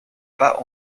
pas